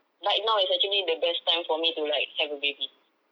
right now is actually the best time for me to like have a baby